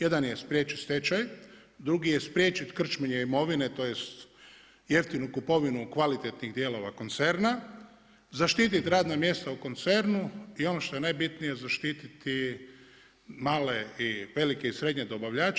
Jedan je spriječiti stečaj, drugi je spriječiti krčenje imovine, to jest, jeftinu kupovinu kvalitetnih dijelova koncerna, zaštiti radna mjesta u koncernu i ono što je najbitnije zaštiti male i velike i srednje dobavljače.